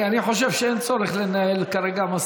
אם צריך לגייס 3,000 איש,